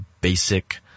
basic